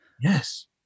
Yes